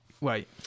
Wait